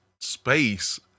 space